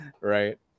right